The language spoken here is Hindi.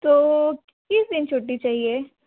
तो किस दिन छुट्टी चाहिए